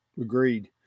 Agreed